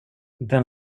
den